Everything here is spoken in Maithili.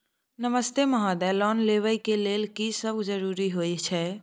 नमस्ते महोदय, लोन लेबै के लेल की सब जरुरी होय छै?